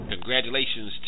Congratulations